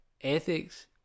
ethics